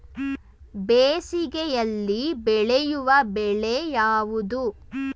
ಬೇಸಿಗೆಯಲ್ಲಿ ಬೆಳೆಯುವ ಬೆಳೆ ಯಾವುದು?